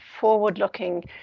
forward-looking